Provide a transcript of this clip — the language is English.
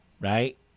right